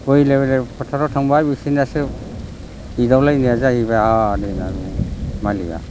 बै बेलेक बेलेक फोथाराव थांबाय बिसोरनियासो एदावलायनाया जाहैबाय हनै मालिका